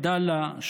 עדאללה,